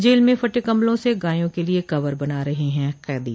jail में फटे कम्बलों से गायों के लिए कवर बना रहे हैं कैदी